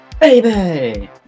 Baby